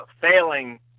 failing